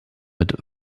mit